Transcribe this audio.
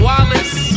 Wallace